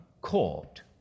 court